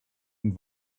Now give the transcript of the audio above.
und